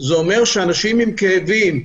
אומרת שאנשים עם כאבים,